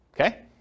Okay